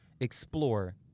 explore